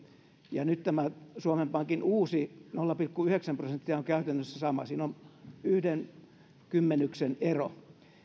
ja nyt tämä suomen pankin uusi nolla pilkku yhdeksän prosenttia on on käytännössä sama siinä on yhden kymmenyksen ero